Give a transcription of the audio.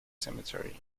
cemetery